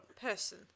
person